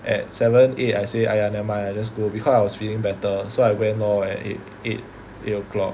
at seven eight I say !aiya! never mind I just go because I was feeling better so I went lor at eight eight eight o'clock